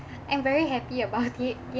I am very happy about it